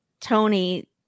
Tony